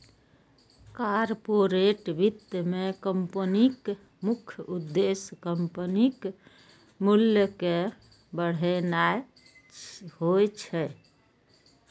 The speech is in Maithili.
कॉरपोरेट वित्त मे कंपनीक मुख्य उद्देश्य कंपनीक मूल्य कें बढ़ेनाय होइ छै